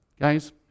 Guys